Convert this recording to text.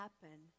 happen